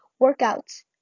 workouts